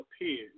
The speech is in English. appeared